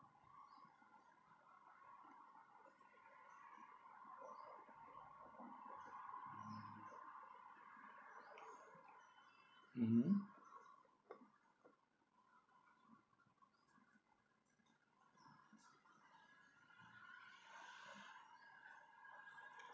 mmhmm